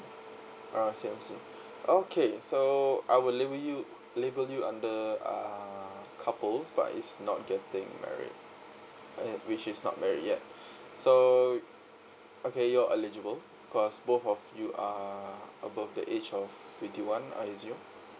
uh same same okay so I will label you label you under err couples but is not getting married eh which is not married yet so okay you are eligible because both of you are above the age of twenty one I assume